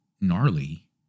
gnarly